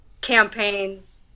campaigns